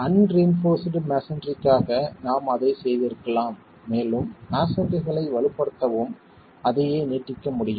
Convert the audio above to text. unreinforced மஸோன்றிக்காக நாம் அதைச் செய்திருக்கலாம் மேலும் மஸோன்றிகளை வலுப்படுத்தவும் அதையே நீட்டிக்க முடியும்